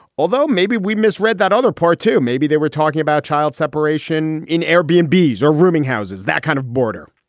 although maybe we misread that other part, too. maybe they were talking about child separation in urban bees or rooming houses that kind of border.